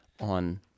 on